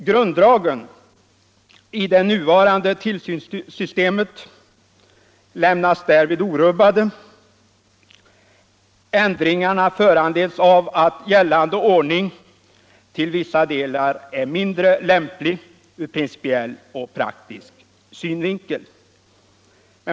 Grunddragen i det nuvarande tillsynssystemet lämnas orubbade. Ändringarna föranleds av att gällande ordning till vissa delar är mindre lämplig ur principiell och praktisk synvinkel.